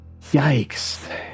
Yikes